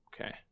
Okay